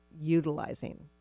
utilizing